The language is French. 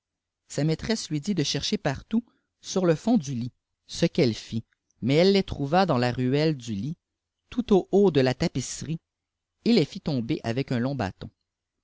sa ihaitresse lui d chercher partout ir k fofd au lit ce qu'elle fit mais elle les trouva dans la rudle du lit tout au haut de k tapisserie et les fit tomber avec un long bâton